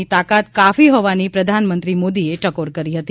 ની તાકાત કાફી હોવાની પ્રધાનમંત્રી મોદીએ ટકોર કરી હતી